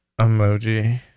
emoji